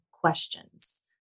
questions